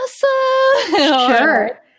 Sure